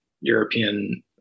European